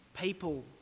people